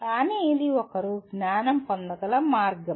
కానీ ఇది ఒకరు జ్ఞానం పొందగల మార్గం